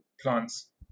plants